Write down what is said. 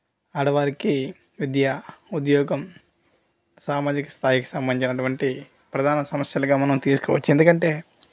ఆడవారికి విద్య ఉద్యోగం సామాజిక స్థాయికి సంబంధించిన అటువంటి ప్రధాన సమస్యలుగా మనం తీసుకోవచ్చు ఎందుకంటే